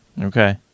Okay